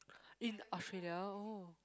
in Australia oh